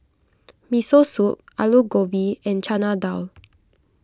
Miso Soup Alu Gobi and Chana Dal